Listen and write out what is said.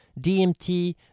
DMT